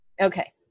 Okay